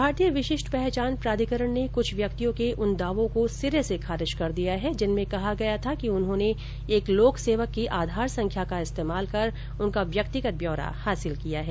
भारतीय विशिष्ट पहचान प्राधिकरण ने कुछ व्यक्तियों के उन दावो को सिरे से खारिज कर दिया है जिनमें कहा गया था कि उन्होंने एक लोक सेवक की आधार संख्या का इस्तेमाल कर उसका व्यक्तिगत ब्यौरा हासिल किया है